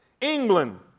England